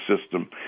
system